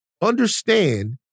understand